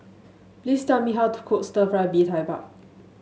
please tell me how to cook stir fry Bee Tai Bak